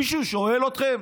מישהו שואל אתכם?